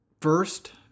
first